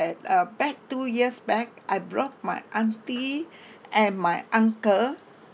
at a back two years back I brought my aunty and my uncle